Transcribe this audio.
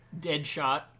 Deadshot